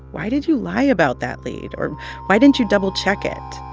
why did you lie about that lead? or why didn't you double check it?